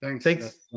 Thanks